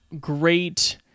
great